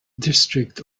district